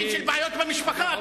נושאים של בעיות במשפחה,